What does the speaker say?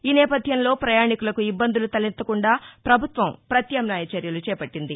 ఈ నేపథ్యంలో పయాణికులకు ఇబ్బందులు తలెత్తకుండా పభుత్వం పత్యామ్నాయ చర్యలు చేపట్టింది